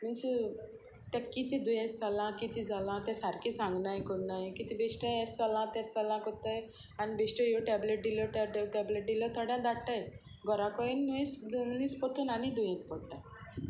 means ते कितें दुयेंस जालां कितें जालां तें सारकें सांगनाय कोनाय कितें बेश्टे येश जालां तें जालां कोत्ताय आनी बेश्टो ह्यो टॅबलेट दिल्यो त्यो टॅबलेट दिल्यो थोड्यां धाडटाय घराको येनयस दोनीस पोतून आनी दुयेंत पोडटाय